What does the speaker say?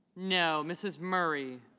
no. mrs. murray